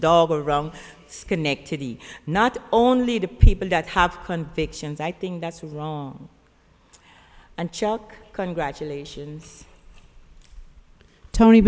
dog around schenectady not only to people that have convictions i think that's wrong and chuck congratulation tony